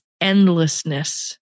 endlessness